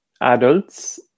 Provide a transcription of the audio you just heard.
adults